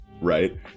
right